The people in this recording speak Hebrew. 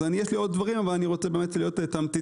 יש לי עוד דברים, אבל אני רוצה להיות תמציתי.